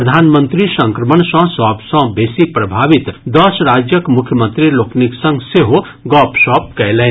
प्रधानमंत्री संक्रमण सँ सभ सँ बेसी प्रभावित दस राज्यक मुख्यमंत्री लोकनिक संग सेहो गपशप कयलनि